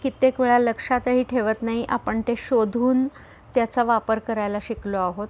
कित्येक वेळा लक्षातही ठेवत नाही आपण ते शोधून त्याचा वापर करायला शिकलो आहोत